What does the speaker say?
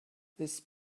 this